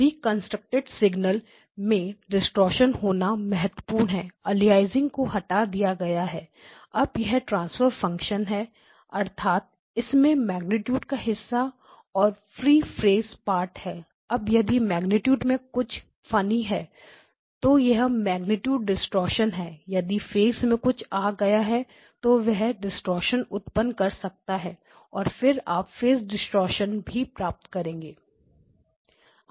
reconstructed signal मे distortion होना बहुत महत्वपूर्ण है अलियासिंग को हटा दिया गया है अब यह ट्रांसफर फंक्शन है अर्थात इसमें मेग्नीट्यूड का हिस्सा और फ्री फेस पार्ट है अब यदि मेग्नीट्यूड में कुछ फनी है तो यह मेग्नीट्यूड डिस्टॉर्शन है यदि फेस में कुछ आ गया है तो वह डिस्टॉर्शन उत्पन्न कर सकता है और फिर आप फेस डिस्टॉर्शन भी प्राप्त करेंगे